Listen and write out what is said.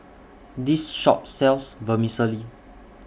This Shop sells Vermicelli